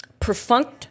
perfunct